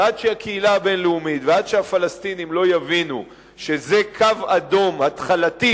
ועד שהקהילה הבין-לאומית ועד שהפלסטינים לא יבינו שזה קו אדום התחלתי